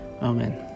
amen